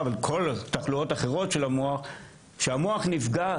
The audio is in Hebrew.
כשהמוח נפגע,